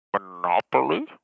Monopoly